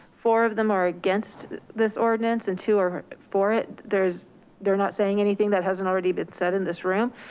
four of them are against this ordinance and two are for it. there's there's not saying anything that hasn't already been said in this room.